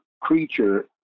creature